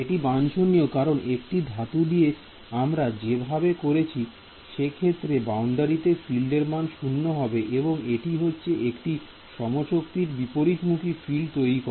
এটি বাঞ্ছনীয় কারণ একটি ধাতু দিয়ে আমরা যেভাবে করছি সে ক্ষেত্রে বাউন্ডারিতে ফিল্ড এর মান শূন্য হবে এবং এটি হচ্ছে একটি সমশক্তির বিপরীতমুখী ফিল্ড তৈরি করে